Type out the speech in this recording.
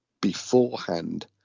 beforehand